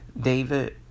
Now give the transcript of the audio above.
David